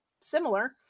similar